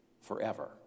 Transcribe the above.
forever